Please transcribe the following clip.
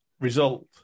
result